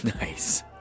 Nice